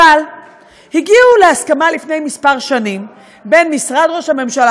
אבל הגיעו להסכמה לפני כמה שנים בין משרד ראש הממשלה,